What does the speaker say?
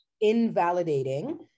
invalidating